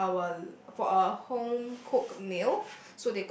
for our for a home cooked meal